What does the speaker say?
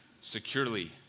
securely